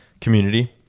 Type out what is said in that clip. community